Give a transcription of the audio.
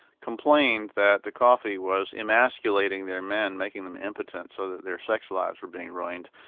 complained that the coffee was emasculating their men, making them impotent so that their sex lives were being ruined.